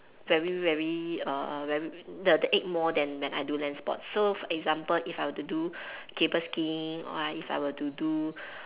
very very err very the the ache more than when I do land sports so for example if I were to do cable skiing or I if I were to do